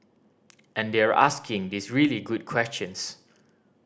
and they're asking these really good questions